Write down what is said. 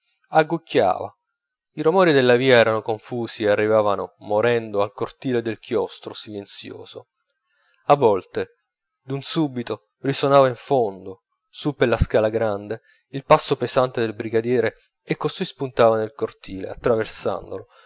colore agucchiava i romori della via erano confusi e arrivavano morendo al cortile del chiostro silenzioso a volte d'un subito risonava in fondo su per la scala grande il passo pesante del brigadiere e costui spuntava nel cortile attraversandolo